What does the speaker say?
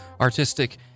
artistic